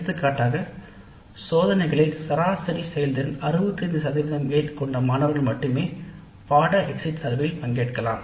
எடுத்துக்காட்டாக சோதனைகளில் சராசரி செயல்திறன் கொண்ட மாணவர்கள் 65 மேல் மட்டுமே கணக்கெடுப்பில் பங்கேற்கலாம்